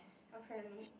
apparently